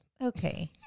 Okay